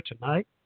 tonight